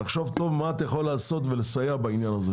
תחשוב טוב מה אתה יכול לעשות ולסייע בעניין.